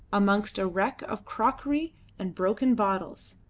amongst a wreck of crockery and broken bottles.